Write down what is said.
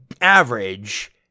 average